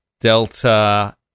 Delta